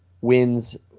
wins